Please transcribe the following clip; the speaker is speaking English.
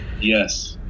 Yes